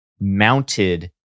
mounted